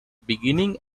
beginning